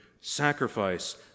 sacrifice